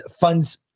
funds